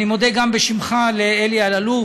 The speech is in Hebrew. אני מודה גם בשמך לאלי אלאלוף.